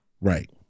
Right